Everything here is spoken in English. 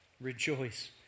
Rejoice